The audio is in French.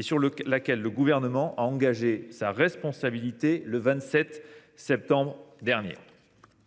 sur laquelle le Gouvernement a engagé sa responsabilité le 27 septembre dernier.